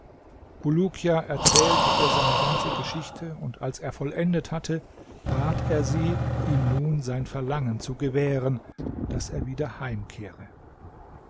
bulukia erzählte ihr seine ganze geschichte und als er vollendet hatte bat er sie ihm nun sein verlangen zu gewähren daß er wieder heimkehre